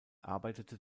arbeitete